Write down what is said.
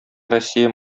россия